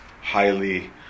highly